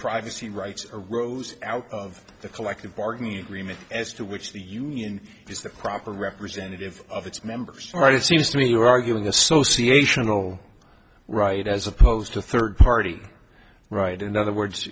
privacy rights arose out of the collective bargaining agreement as to which the union is the proper representative of its members right it seems to me you're arguing association of little right as opposed to third party right in other words